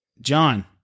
John